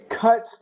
cuts